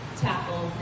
tackle